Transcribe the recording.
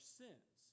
sins